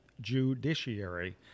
judiciary